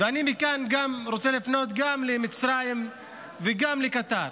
ואני מכאן רוצה לפנות גם למצרים וגם לקטר,